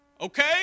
okay